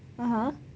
ah !huh!